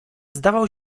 zdawał